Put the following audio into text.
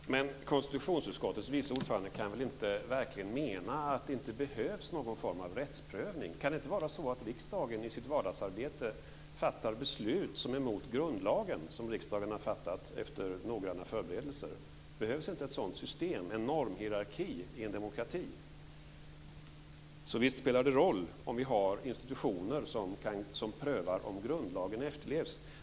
Fru talman! Konstitutionsutskottets vice ordförande kan väl inte mena att det inte behövs någon form av rättsprövning? Kan det inte vara så att riksdagen i sitt vardagsarbete fattar beslut som är emot grundlagen, som riksdagen har beslutat om efter noggranna förberedelser? Behövs inte ett sådant system - en normhierarki - i en demokrati? Visst spelar det roll om vi har institutioner som prövar om grundlagen efterlevs.